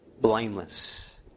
blameless